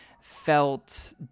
felt